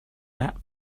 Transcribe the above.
that